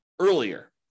earlier